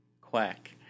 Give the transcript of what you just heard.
Quack